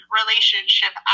relationship